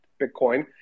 Bitcoin